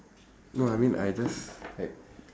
no I mean I just like